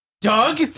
Doug